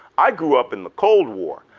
i grew up in the cold war.